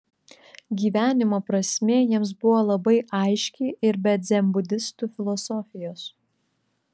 gyvenimo prasmė jiems buvo labai aiški ir be dzenbudistų filosofijos